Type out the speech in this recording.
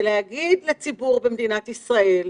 ולהגיד לציבור במדינת ישראל,